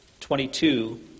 22